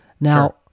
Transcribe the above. now